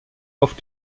auf